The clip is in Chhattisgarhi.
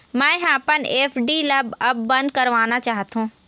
मै ह अपन एफ.डी ला अब बंद करवाना चाहथों